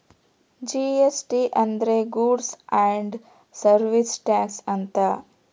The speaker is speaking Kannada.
ಜಿ.ಎಸ್.ಟಿ ಅಂದ್ರ ಗೂಡ್ಸ್ ಅಂಡ್ ಸರ್ವೀಸ್ ಟಾಕ್ಸ್ ಅಂತ